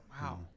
Wow